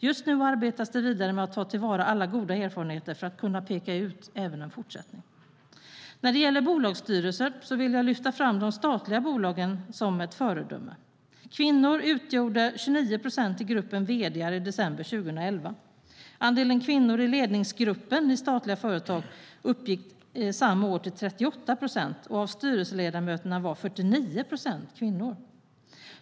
Just nu arbetas det vidare med att ta till vara alla goda erfarenheter för att kunna peka ut en fortsättning. När det gäller bolagsstyrelser vill jag lyfta fram de statliga bolagen som ett föredöme. Kvinnor utgjorde 29 procent i gruppen vd:ar i december 2011. Andelen kvinnor i ledningsgruppen i statliga företag uppgick samma år till 38 procent, och av styrelseledamöterna var 49 procent kvinnor.